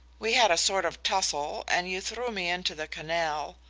we had a sort of tussle and you threw me into the canal.